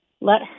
let